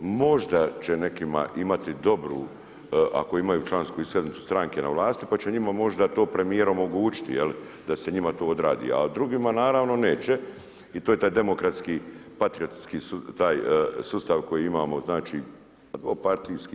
Možda će nekima imati dobru ako imaju člansku iskaznicu stranke na vlasti pa će njima možda to premijer omogućiti da se njima to odradi, a drugima naravno neće i to je taj demokratski patriotski sustav koji imamo partijski.